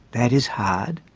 that is hard,